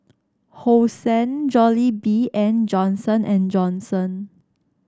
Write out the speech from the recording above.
Hosen Jollibee and Johnson And Johnson